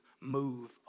move